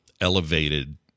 elevated